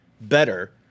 better